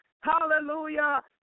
Hallelujah